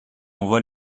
envoie